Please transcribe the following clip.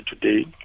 today